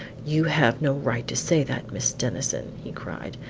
you have no right to say that, miss denison! he cried.